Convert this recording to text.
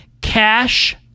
Cash